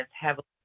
heavily